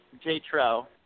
J-Tro